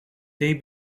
they